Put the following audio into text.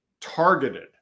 targeted